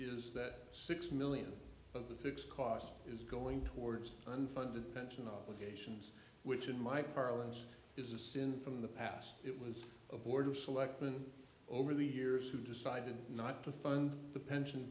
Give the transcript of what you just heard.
is that six million of the fixed cost is going towards unfunded pension obligations which in my parlance is a sin from the past it was a board of selectmen over the years who decided not to fund the pension